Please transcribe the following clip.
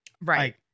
right